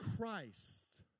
Christ